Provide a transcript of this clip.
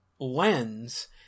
lens